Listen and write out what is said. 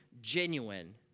genuine